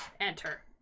Enter